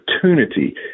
opportunity